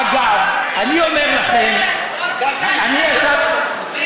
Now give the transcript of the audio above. אגב, אני אומר לכם, גפני, מוצא קבר?